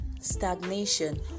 stagnation